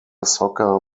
soccer